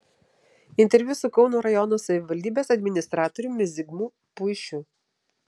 interviu su kauno rajono savivaldybės administratoriumi zigmu puišiu